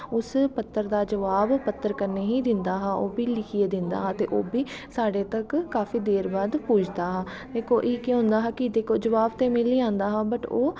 उस पत्तर दा जवाव पत्तर कन्नैं गे दिंदा हा ओह्बी लिखियै दिंदा हा ते ओह्बी साढ़े तक काफी देर बाद पुजदा हा दिक्खो केह् होंदा हा जवाव ते मिगी जंदा हा बट ओह्